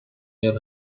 your